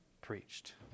preached